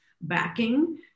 backing